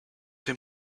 him